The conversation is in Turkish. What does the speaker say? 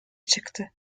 çıktı